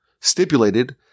stipulated